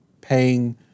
paying